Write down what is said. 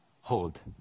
hold